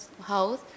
house